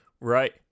Right